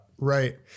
Right